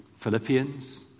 Philippians